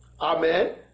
amen